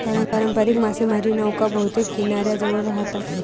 पारंपारिक मासेमारी नौका बहुतेक किनाऱ्याजवळ राहतात